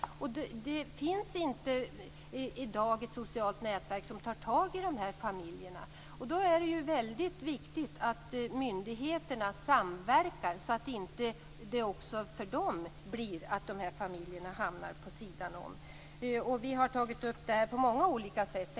Det finns i dag inte något socialt nätverk som tar tag i dessa familjer. Därför är det väldigt viktigt att myndigheterna samverkar. Vi har tagit upp detta på många olika sätt.